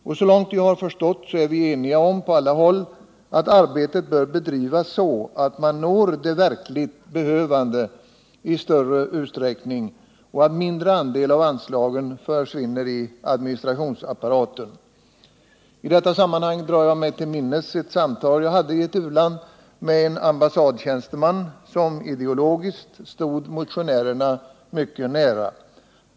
Och såvitt jag har förstått är vi på alla håll eniga om att arbetet bör bedrivas så, att man når de verkligt behövande i större utsträckning och så att mindre andel av anslagen försvinner i administrationsapparaten. I detta sammanhang drar jag mig till minnes ett samtal jag hade i ett u-land med en ambassadtjänsteman, som ideologiskt stod motionärerna mycket nära.